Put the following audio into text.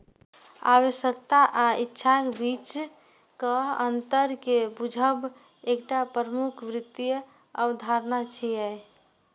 आवश्यकता आ इच्छाक बीचक अंतर कें बूझब एकटा प्रमुख वित्तीय अवधारणा छियै